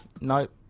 Nope